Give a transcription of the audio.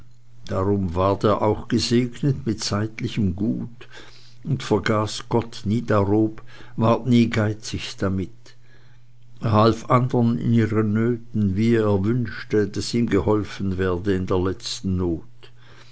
darum ward er auch gesegnet mit zeitlichem gut und vergaß gott nie darob ward nie geizig damit er half andern in ihren nöten wie er wünschte daß ihm geholfen werde in der letzten not